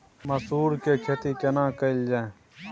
मसूर के खेती केना कैल जाय?